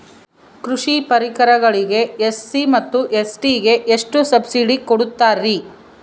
ಕೃಷಿ ಪರಿಕರಗಳಿಗೆ ಎಸ್.ಸಿ ಮತ್ತು ಎಸ್.ಟಿ ಗೆ ಎಷ್ಟು ಸಬ್ಸಿಡಿ ಕೊಡುತ್ತಾರ್ರಿ?